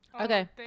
okay